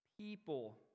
people